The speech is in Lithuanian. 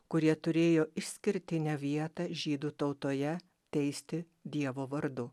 kurie turėjo išskirtinę vietą žydų tautoje teisti dievo vardu